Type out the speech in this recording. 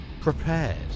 prepared